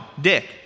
Dick